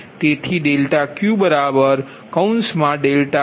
તેથી ∆Q∆Q3 ∆Q4